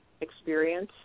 experience